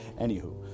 Anywho